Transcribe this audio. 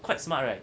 quite smart right